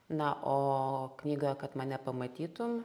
na o knygą kad mane pamatytum